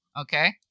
Okay